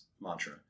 mantra